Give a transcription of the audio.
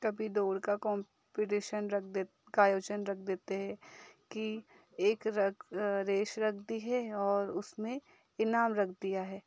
कभी दोड़ का कॉम्पिटिशन रख देत का आयोजन रख देते हैं कि एक रक रेस रख दी है और उस में इनाम रख दिया है